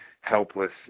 helpless